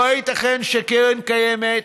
לא ייתכן שקרן קיימת,